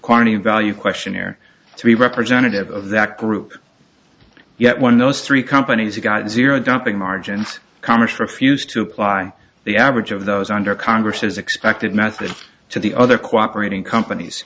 quantity value questionnaire to be representative of that group yet one of those three companies got zero dopping margins congress refused to apply the average of those under congress's expected method to the other cooperate in companies